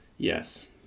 Yes